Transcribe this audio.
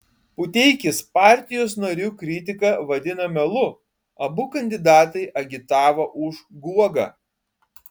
puteikis partijos narių kritiką vadina melu abu kandidatai agitavo už guogą